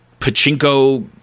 pachinko